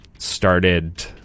Started